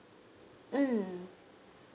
mm